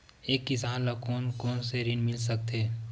एक किसान ल कोन कोन से ऋण मिल सकथे?